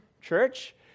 church